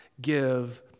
give